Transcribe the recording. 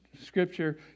Scripture